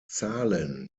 zahlen